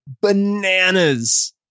bananas